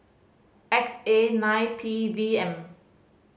X A nine P V M